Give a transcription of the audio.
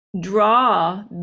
draw